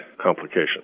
complication